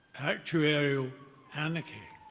actuarial anarchy.